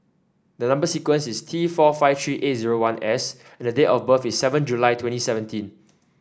the number sequence is T four five three eight zero one S and date of birth is seven July twenty seventeen